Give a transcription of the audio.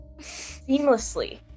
seamlessly